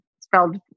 spelled